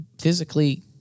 physically